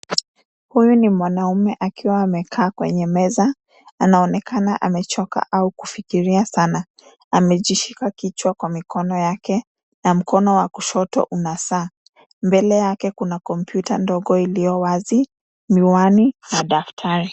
Huyu ni mwanaume akiwa amekaa kwenye meza anaonekana amechoka au kufikiria sana. Amejishika kichwa kwa mikono yake na mkono wa kushoto una saa. Mbele yake kuna kompyuta ndogo iliyowazi, miwani na daftari.